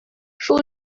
шул